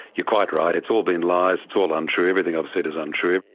you're quite right, it's all been lies, it's all untrue, everything i've said is untrue.